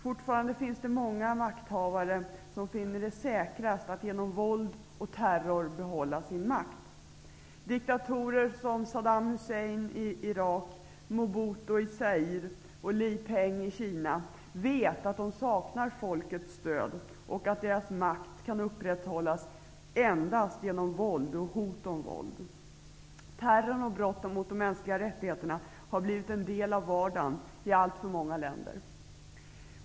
Fortfarande finner många makthavare det säkrast att genom våld och terror behålla sin makt. Diktatorer som Saddam Hussein i Irak, Mobuto i Zaire och Li Peng i Kina vet att de saknar folkets stöd och att deras makt endast kan upprätthållas genom våld och hot om våld. Terrorn och brotten mot de mänskliga rättigheterna har blivit en del av vardagen i alltför många länder.